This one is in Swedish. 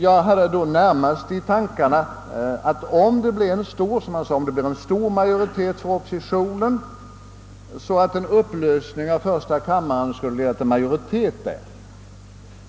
Jag hade då närmast i tankarna en stor majoritet för oppositionen, så att en upplösning av första kammaren skulle leda till majoritet där.